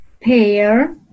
pair